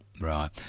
Right